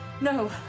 No